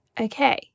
Okay